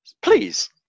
please